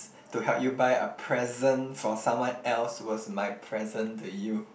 to help you buy a present for someone else was my present to you